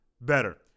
better